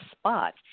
spot